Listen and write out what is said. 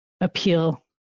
appeal